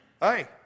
hey